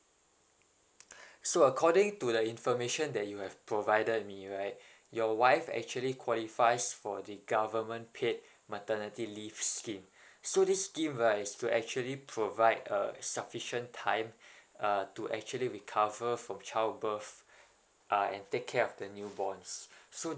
so according to the information that you have provided me right your wife actually qualifies for the government paid maternity leave scheme so this scheme right is to actually provide uh sufficient time uh to actually recover from child birth uh and take care of the newborns soon